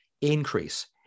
increase